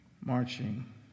marching